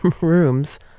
rooms